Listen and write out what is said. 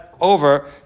over